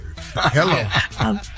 Hello